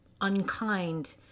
unkind